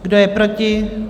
Kdo je proti?